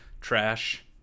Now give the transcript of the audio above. trash